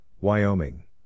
Wyoming